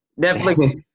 Netflix